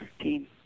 team